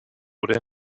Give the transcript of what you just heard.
oder